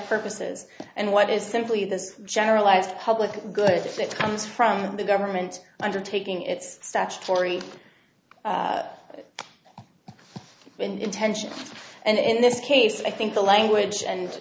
fergus's and what is simply this generalized public goods that comes from the government undertaking its statutory intention and in this case i think the language and